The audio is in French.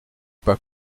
pas